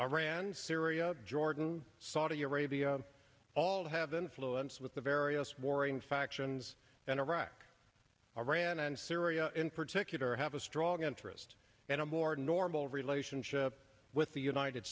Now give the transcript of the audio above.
iran syria jordan saudi arabia all have influence with the various warring factions in iraq iran and syria in particular have a strong interest and a more normal relationship with the united